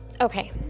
Okay